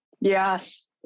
Yes